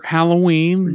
Halloween